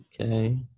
Okay